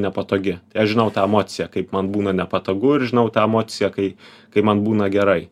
nepatogi tai aš žinau tą emociją kaip man būna nepatogu ir žinau tą emociją kai kai man būna gerai